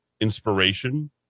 inspiration